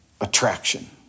attraction